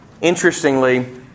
Interestingly